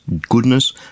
goodness